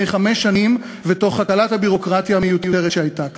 חמש שנים ותוך הקלת הביורוקרטיה המיותרת שהייתה כאן.